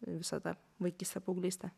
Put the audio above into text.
visą tą vaikystę paauglystę